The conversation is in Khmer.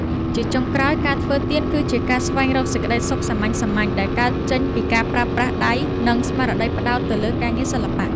ជាចុងក្រោយ ការធ្វើទៀនគឺជាការស្វែងរកសេចក្ដីសុខសាមញ្ញៗដែលកើតចេញពីការប្រើប្រាស់ដៃ និងស្មារតីផ្ដោតទៅលើការងារសិល្បៈ។